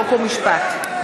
חוק ומשפט.